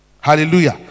hallelujah